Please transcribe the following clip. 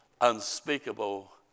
unspeakable